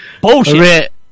Bullshit